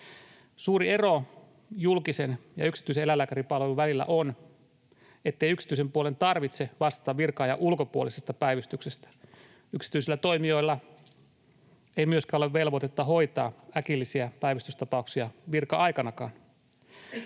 Suuri ero julkisen ja yksityisen eläinlääkäripalvelun välillä on, ettei yksityisen puolen tarvitse vastata virka-ajan ulkopuolisesta päivystyksestä. Yksityisillä toimijoilla ei myöskään ole velvoitetta hoitaa äkillisiä päivystystapauksia virka-aikanakaan.